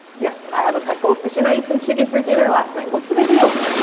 yes, i have a pet goldfish and i ate some chicken for dinner last night. what's the big deal?